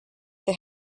they